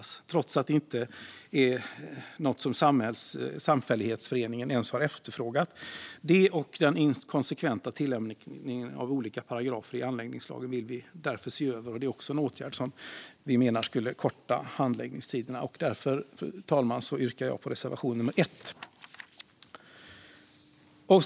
Detta sker alltså trots att det inte är något som samfällighetsföreningen ens har efterfrågat. Detta, och den inkonsekventa tillämpningen av olika paragrafer i anläggningslagen vill vi därför se över. Det är också en åtgärd som vi menar skulle korta handläggningstiderna. Därför, fru talman, yrkar jag bifall till reservation 1.